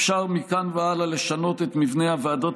אפשר מכאן והלאה לשנות את מבנה הוועדות